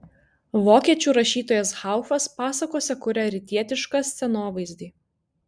vokiečių rašytojas haufas pasakose kuria rytietišką scenovaizdį